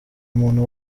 muntu